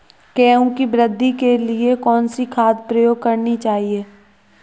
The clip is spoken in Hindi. गेहूँ की वृद्धि के लिए कौनसी खाद प्रयोग करनी चाहिए?